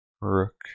Rook